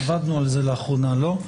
עבדנו על זה לאחרונה, לא?